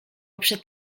przed